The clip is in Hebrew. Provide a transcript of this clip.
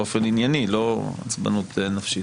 באופן ענייני לא עצבנות נפשית.